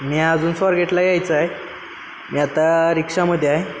मी अजून स्वारगेटला यायचा आहे मी आता रिक्शामध्ये आहे